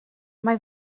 mae